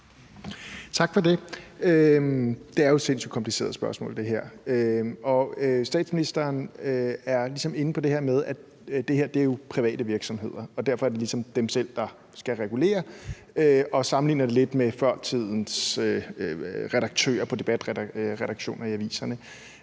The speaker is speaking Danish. Tak for det. Det er jo et sindssyg kompliceret spørgsmål, og statsministeren er ligesom inde på det her med, at det her jo er private virksomheder, og derfor er det ligesom dem selv, der skal regulere det, og man sammenligner det lidt med fortidens redaktører på debatredaktioner på aviserne.